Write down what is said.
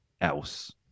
else